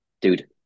dude